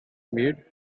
maid